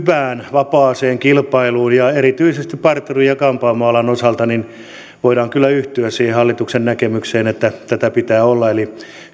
vapaaseen kilpailuun ja erityisesti parturi ja kampaamoalan osalta voidaan kyllä yhtyä siihen hallituksen näkemykseen että tätä pitää olla eli